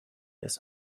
erst